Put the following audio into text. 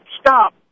stop